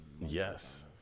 Yes